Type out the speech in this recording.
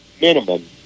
minimum